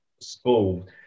school